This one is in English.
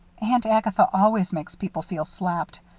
aunt agatha always makes people feel slapped,